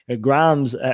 Grimes